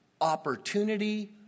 opportunity